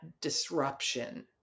disruption